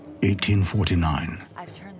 1849